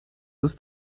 ist